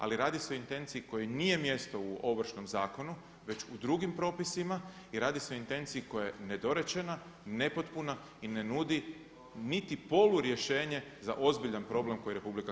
Ali radi se o intenciji kojoj nije mjesto u Ovršnom zakonu već u drugim propisima i radi se o intenciji koja je nedorečena, nepotpuna i ne nudi niti polu rješenje za ozbiljan problem koji RH ima.